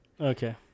Okay